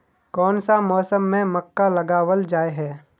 कोन सा मौसम में मक्का लगावल जाय है?